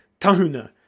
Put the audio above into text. Tahuna